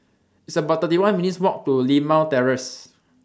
It's about thirty one minutes' Walk to Limau Terrace